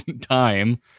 time